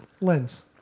lens